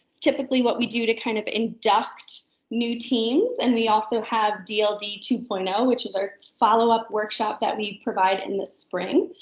typically what we do to kind of induct new teams. and we also have dld two point zero which is our followup workshop that we provide in the spring.